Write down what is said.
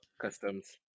Customs